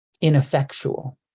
Ineffectual